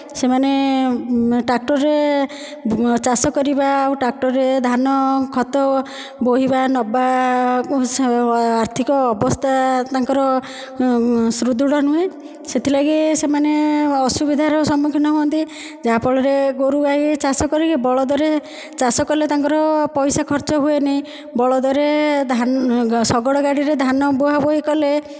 ସେମାନେ ଟ୍ରାକ୍ଟରରେ ଚାଷ କରିବା ଆଉ ଟ୍ରାକ୍ଟରରେ ଧାନ ଖତ ବୋହିବା ନେବା ଆର୍ଥିକ ଅବସ୍ଥା ତାଙ୍କର ସୄଢୃଡ ନୁହେଁ ସେଥିଲାଗି ସେମାନେ ଅସୁବିଧାର ସମ୍ମୁଖୀନ ହୁଅନ୍ତି ଯାହାଫଳରେ ଗୋରୁ ଗାଈ ଚାଷ କରିକି ବଳଦରେ ଚାଷ କରିଲେ ତାଙ୍କର ପଇସା ଖର୍ଚ୍ଚ ହୁଏନି ବଳଦ ରେ ଶଗଡ଼ ଗାଡ଼ିରେ ଧାନ ବୁହା ବୁହି କଲେ